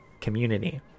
community